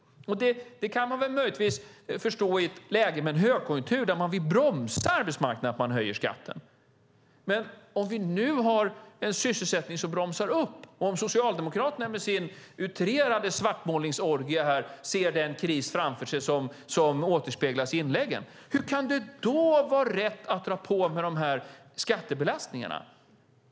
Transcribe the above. I ett läge med högkonjunktur där man vill bromsa arbetsmarknaden kan man möjligtvis förstå att man höjer skatten. Men om vi nu har en sysselsättning som bromsar upp och om Socialdemokraterna med sin utrerade svartmålningsorgie här ser den kris framför sig som återspeglas i inläggen - hur kan det då vara rätt att dra på med skattebelastningar?